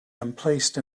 emplaced